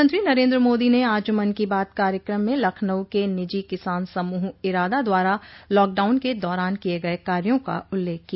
प्रधानमंत्री नरेन्द्र मोदी ने आज मन की बात कार्यक्रम में लखनऊ के निजी किसान समूह इरादा द्वारा लाकडाउन के दौरान किये गये कार्यो का उल्लेख किया